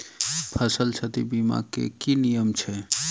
फसल क्षति बीमा केँ की नियम छै?